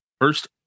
First